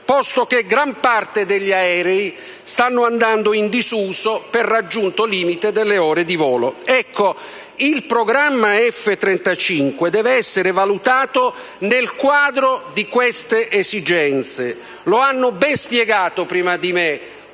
posto che gran parte degli aerei sta andando in disuso per raggiunto limite delle ore di volo. Ecco, il programma F-35 deve essere valutato nel quadro di queste esigenze. Lo hanno ben spiegato prima di me